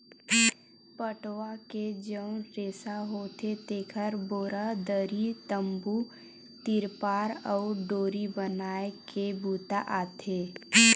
पटवा के जउन रेसा होथे तेखर बोरा, दरी, तम्बू, तिरपार अउ डोरी बनाए के बूता आथे